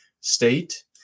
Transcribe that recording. state